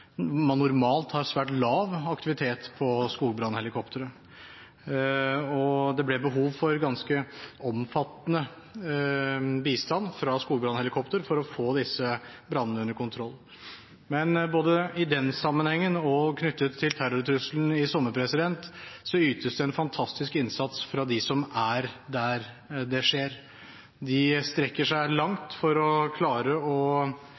man normalt har svært lav aktivitet av skogbrannhelikoptre. Det ble behov for ganske omfattende bistand fra skogbrannhelikopter for å få disse brannene under kontroll. Både i den sammenhengen og knyttet til terrortrusselen i sommer ytes det en fantastisk innsats fra dem som er der det skjer. De strekker seg langt for å klare å levere godt, og